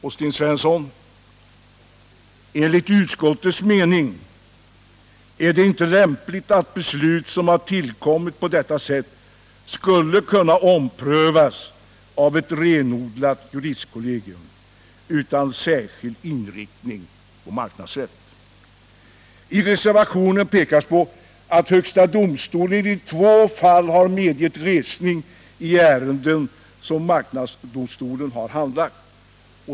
Och, Sten Svensson: Enligt utskottets mening är det inte lämpligt att beslut som har tillkommit på detta sätt skulle kunna omprövas av ett renodlat juristkollegium utan särskild inriktning på marknadsrätt. I reservationen framhålls att högsta domstolen i två fall har medgett resning i ärenden som marknadsdomstolen har handlagt.